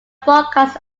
broadcasts